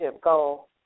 goal